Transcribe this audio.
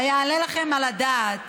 היעלה לכם על הדעת